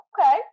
okay